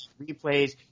replays